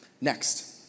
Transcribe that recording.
Next